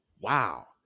Wow